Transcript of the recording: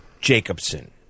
Jacobson